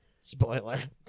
Spoiler